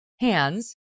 hands